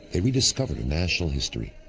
they rediscovered a national history,